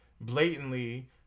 blatantly